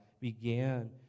began